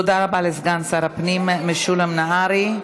תודה רבה לסגן שר הפנים משולם נהרי.